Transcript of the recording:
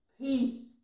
peace